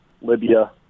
Libya